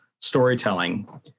storytelling